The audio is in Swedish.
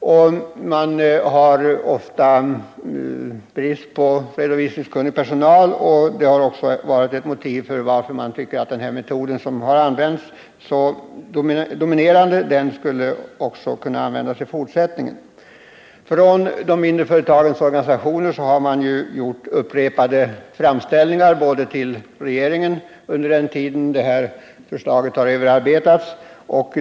Ofta saknar de mindre företagen redovisningskunnig personal, vilket också varit ett skäl för att man på det hållet ansett att kontantmetoden bör få användas även i fortsättningen. De mindre företagens organisationer har gjort upprepade framställningar till regeringen och utskottet under den tid detta förslag har överarbetats.